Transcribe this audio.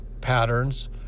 patterns